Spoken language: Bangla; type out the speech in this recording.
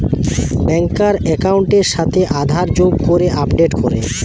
ব্যাংকার একাউন্টের সাথে আধার যোগ করে আপডেট করে